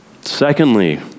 Secondly